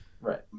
right